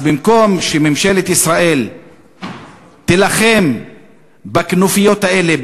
אז במקום שממשלת ישראל תילחם בכנופיות האלה,